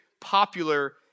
popular